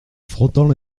frottant